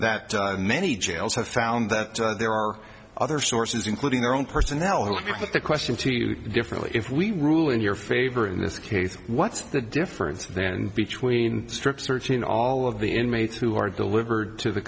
that many jails have found that there are other sources including their own personality but the question to you differently if we rule in your favor this case what's the difference then between strip search in all of the inmates who are delivered to the